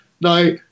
Now